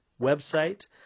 website